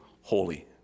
holy